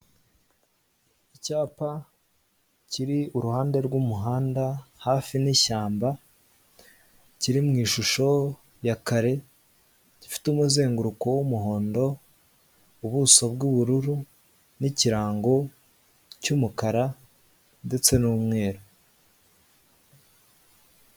Icyapa kiri iruhande rw'umuhanda hafi n'ishyamba, kiri mu ishusho ya kare gifite umuzenguruko w'umuhondo, ubuso bw'ubururu n'ikirango cy'umukara ndetse n'umweru.